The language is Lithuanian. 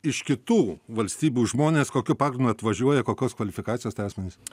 iš kitų valstybių žmonės kokiu pagrindu atvažiuoja kokios kvalifikacijos tai asmenys